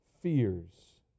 fears